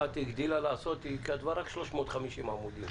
אחת הגדילה לעשות, כתבה רק 350 עמודים.